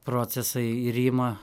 procesai irima